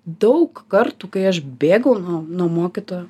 daug kartų kai aš bėgau nuo nuo mokytojo